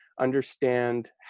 understand